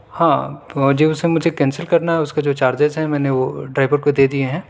ہاں جو اسے مجھے کینسل کرنا ہے اس کا جو چارجیز ہیں میں نے وہ ڈرائیور کو دے دیئے ہیں